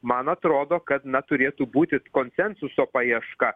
man atrodo kad na turėtų būti konsensuso paieška